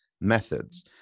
methods